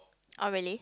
oh really